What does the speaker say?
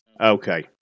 okay